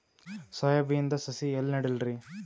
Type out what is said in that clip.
Soya ಬಿನದು ಸಸಿ ಎಲ್ಲಿ ನೆಡಲಿರಿ?